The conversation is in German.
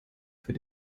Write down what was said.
für